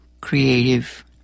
creative